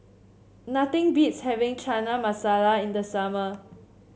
nothing beats having Chana Masala in the summer